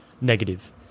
negative